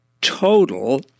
total